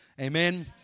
Amen